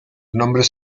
nombres